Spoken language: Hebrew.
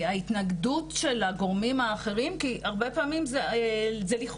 ההתנגדות של הגורמים האחרים היא כי הרבה פעמים זה לכאורה.